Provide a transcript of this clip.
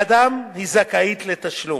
שבעדם היא זכאית לתשלום.